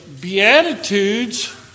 beatitudes